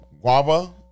guava